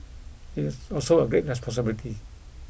it is also a great responsibility